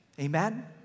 Amen